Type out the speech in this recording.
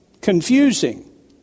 confusing